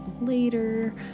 later